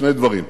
שני דברים.